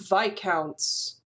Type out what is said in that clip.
Viscounts